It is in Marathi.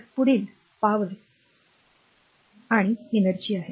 तर पुढील p पी किंवा आणि एनर्जी आहे